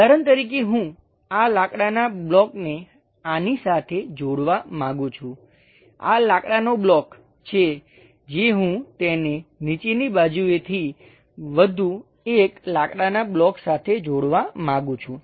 ઉદાહરણ તરીકે હું આ લાકડાના બ્લોકને આની સાથે જોડવા માંગુ છું આ લાકડાનો બ્લોક છે જે હું તેને નીચેની બાજુએથી વધુ એક લાકડાના બ્લોક સાથે જોડવા માંગુ છું